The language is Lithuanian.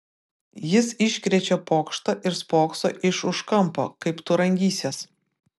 jis iškrečia pokštą ir spokso iš už kampo kaip tu rangysies